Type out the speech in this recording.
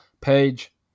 page